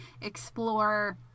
explore